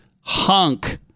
hunk